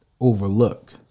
overlook